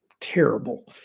terrible